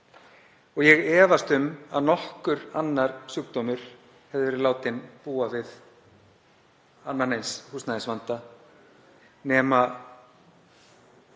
Ég efast um að nokkur annar sjúkdómur hefði verið látinn búa við annan eins húsnæðisvanda nema